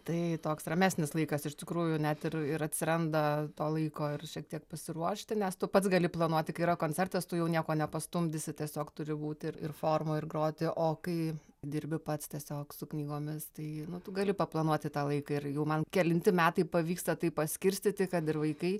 tai toks ramesnis laikas iš tikrųjų net ir ir atsiranda to laiko ir šiek tiek pasiruošti nes tu pats gali planuoti kai yra koncertas tu jau nieko nepastumdysi tiesiog turi būti ir ir formoj ir groti o kai dirbi pats tiesiog su knygomis tai tu gali paplanuoti tą laiką ir jau man kelinti metai pavyksta taip paskirstyti kad ir vaikai